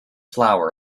flour